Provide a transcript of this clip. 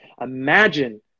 imagine